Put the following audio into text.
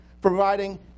providing